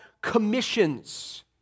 commissions